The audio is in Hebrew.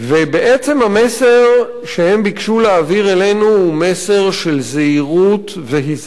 המסר שהם ביקשו להעביר אלינו הוא מסר של זהירות והיזהרות,